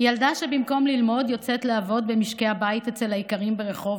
ילדה שבמקום ללמוד יוצאת לעבוד במשקי הבית אצל האיכרים ברחובות,